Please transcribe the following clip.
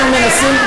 אנחנו מנסים,